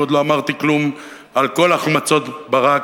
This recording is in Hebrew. ועוד לא אמרתי כלום על כל החמצות ברק,